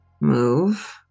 move